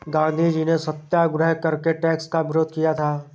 गांधीजी ने सत्याग्रह करके टैक्स का विरोध किया था